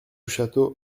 château